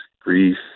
grief